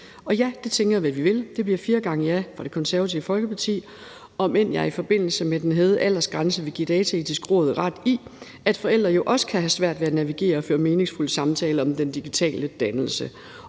Det tænker jeg at vi vil, så det bliver fire gange ja fra Det Konservative Folkeparti, om end jeg i forbindelse med den hævede aldersgrænse vil give Dataetisk Råd ret i, at forældre jo også kan have svært ved at navigere og føre meningsfulde samtaler om den digitale dannelse,